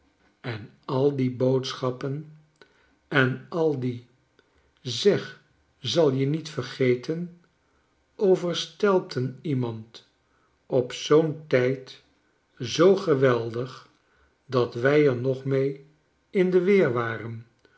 en al die boodschappen en al die zeg zal je niet vergeten overstelpten iemand op zoo'n tijd zoo geweldig dat wij er nog mee in de weer waren